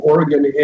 Oregon